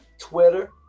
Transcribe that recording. Twitter